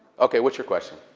ok, what's your question?